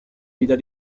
wieder